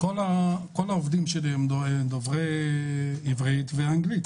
כל העובדים שלי הם דוברי עברית ואנגלית.